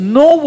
no